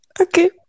Okay